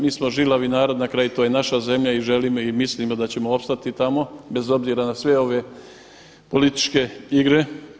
Mi smo žilavi narod, na kraju to je naša zemlja i želimo i mislimo da ćemo opstati tamo bez obzira na sve ove političke igre.